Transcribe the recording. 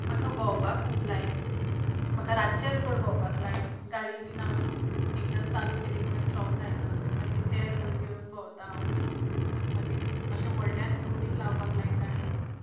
म्हाका भोंवपाक खूब लायक म्हाका रातचें चड भोंवपाक लायक गाडी बी हांव एकदां चालू केली काय मागीर स्टॉप जायना मागीर ती तेर भर घेवन भोंवता हांव मागीर अशें व्हडल्यान म्युजीक लावपाक लायक गाडयेन